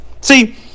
see